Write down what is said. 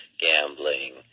gambling